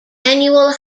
annual